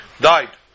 died